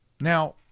Now